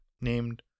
named